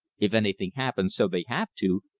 if anything happens so they have to,